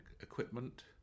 equipment